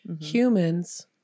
Humans